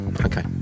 okay